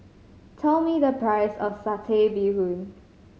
tell me the price of Satay Bee Hoon